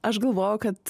aš galvoju kad